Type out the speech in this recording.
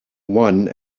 one